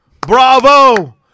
Bravo